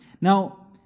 Now